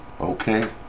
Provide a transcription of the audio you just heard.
Okay